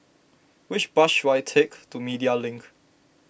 which bus should I take to Media Link